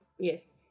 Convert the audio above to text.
Yes